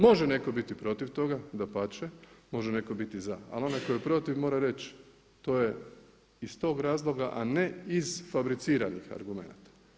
Može netko biti protiv toga, dapače, može netko biti za ali onaj koji je protiv mora reći to je iz tog razloga a ne iz fabriciranih argumenata.